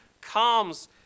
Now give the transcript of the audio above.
comes